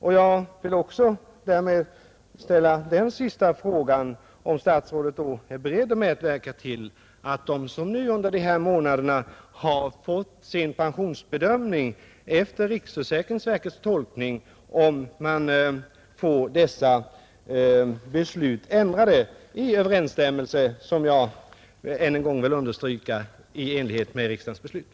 Jag vill också därmed ställa den sista frågan, om statsrådet då är beredd att medverka till att de, som under dessa månader fått sin pensionsbedömning efter riksförsäkringsverkets tolkning, får dessa beslut ändrade i överensstämmelse med riksdagens beslut, vilket jag än en gång vill understryka.